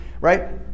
right